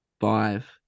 five